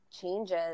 changes